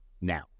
now